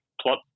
plot